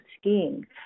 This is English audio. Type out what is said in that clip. skiing